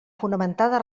fonamentada